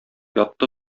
ятты